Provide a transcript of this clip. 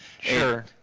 Sure